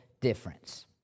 difference